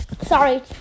Sorry